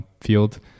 field